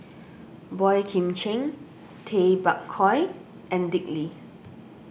Boey Kim Cheng Tay Bak Koi and Dick Lee